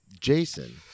Jason